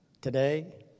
Today